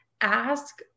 ask